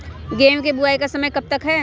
गेंहू की बुवाई का समय कब तक है?